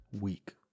week